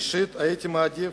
אישית הייתי מעדיף